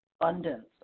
abundance